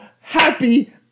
happy